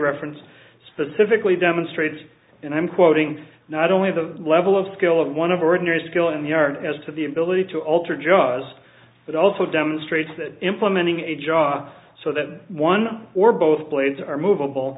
reference specifically demonstrates and i'm quoting not only the level of skill of one of ordinary skill in the art as to the ability to alter jaws but also demonstrates that implementing a jaw so that one or both blades are moveable